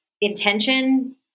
intention